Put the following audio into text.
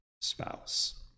spouse